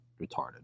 retarded